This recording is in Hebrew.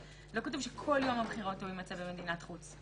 לא כתוב שכל יום הבחירות הוא יימצא במדינת חוץ.